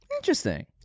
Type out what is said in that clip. Interesting